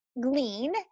glean